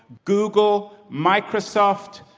google, microsoft,